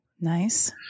Nice